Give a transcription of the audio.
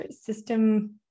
system